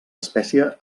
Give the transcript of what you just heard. espècie